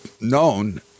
known